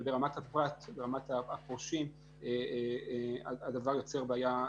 וברמת הפרט, ברמת הפורשים, הדבר יוצר בעיה